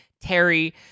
Terry